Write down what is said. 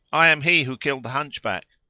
i am he who killed the hunchback!